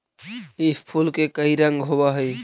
इस फूल के कई रंग होव हई